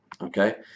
okay